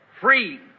free